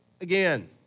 again